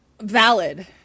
Valid